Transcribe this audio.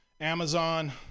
Amazon